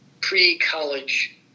pre-college